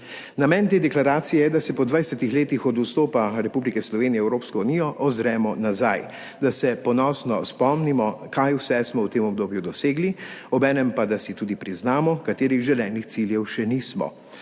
Namen te deklaracije je, da se po 20 letih od vstopa Republike Slovenije v Evropsko unijo ozremo nazaj, da se ponosno spomnimo, kaj vse smo v tem obdobju dosegli, obenem pa, da si tudi priznamo, katerih želenih ciljev še nismo